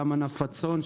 גם ענף הצאן,